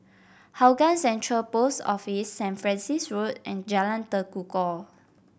Hougang Central Post Office Saint Francis Road and Jalan Tekukor